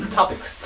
topics